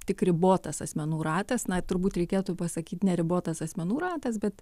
tik ribotas asmenų ratas na turbūt reikėtų pasakyt ne ribotas asmenų ratas bet